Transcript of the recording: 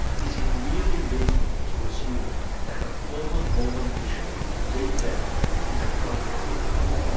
is it really reasonable to assume that a former mormon bishop deep down is a cultural liberal?